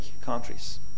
countries